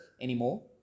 anymore